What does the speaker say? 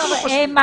את הגיבוי שקיבלתם